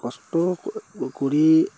কষ্ট কৰি